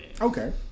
Okay